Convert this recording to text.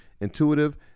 intuitive